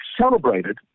celebrated